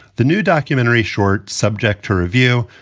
the new documentary short subject to review,